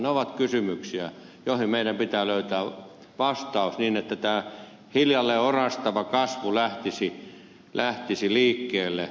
ne ovat kysymyksiä joihin meidän pitää löytää vastaus niin että tämä hiljalleen orastava kasvu lähtisi liikkeelle